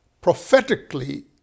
Prophetically